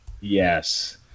Yes